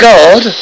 God